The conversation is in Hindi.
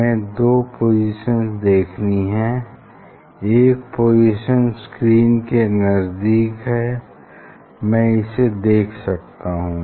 हमें दो पोसिशन्स देखनी है एक पोजीशन स्क्रीन के नज़दीक है मैं इसे देख सकता हूँ